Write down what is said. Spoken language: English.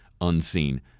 unseen